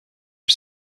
are